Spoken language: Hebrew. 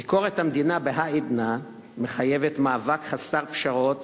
ביקורת המדינה בהאידנא מחייבת מאבק חסר פשרות